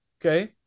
okay